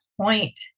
point